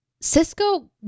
cisco